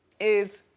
is